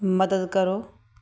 ਮਦਦ ਕਰੋ